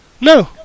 No